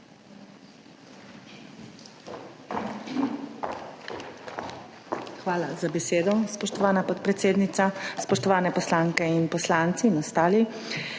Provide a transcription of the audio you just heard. Hvala za besedo, spoštovana podpredsednica. Spoštovane poslanke in poslanci in ostali!